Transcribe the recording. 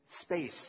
space